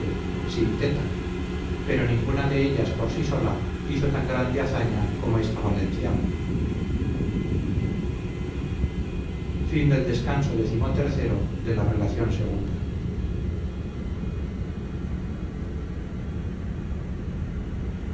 sin teta pero ninguna de ellas por sí sola hizo tan grande hazaña como esta valenciana